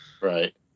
Right